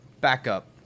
backup